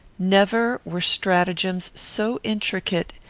never were stratagems so intricate,